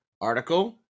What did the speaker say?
article